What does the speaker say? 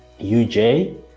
UJ